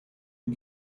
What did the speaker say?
you